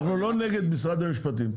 אנחנו לא נגד משרד המשפטים.